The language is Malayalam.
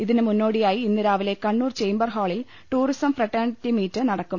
ഇതിന് മുന്നോടിയായി ഇന്ന് രാവിലെ കണ്ണൂർ ചേംബർ ഹാളിൽ ടൂറിസം ഫ്രട്ടേണിറ്റി മീറ്റ് നടക്കും